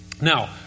Now